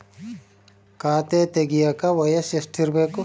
ಖಾತೆ ತೆಗೆಯಕ ವಯಸ್ಸು ಎಷ್ಟಿರಬೇಕು?